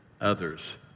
others